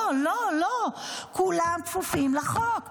לא, לא, לא, כולם כפופים לחוק.